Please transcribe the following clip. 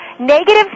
Negative